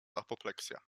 apopleksja